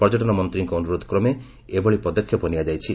ପର୍ଯ୍ୟଟନମନ୍ତ୍ରୀଙ୍କ ଅନୁରୋଧକ୍ରମେ ଏଭଳି ପଦକ୍ଷେପ ନିଆଯାଇଛି